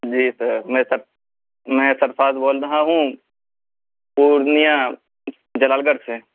جی sir میں میں سرفراز بول رہا ہوں پورنیہ جلال گڑھ سے